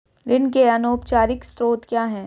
ऋण के अनौपचारिक स्रोत क्या हैं?